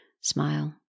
smile